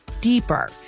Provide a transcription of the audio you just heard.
deeper